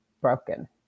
broken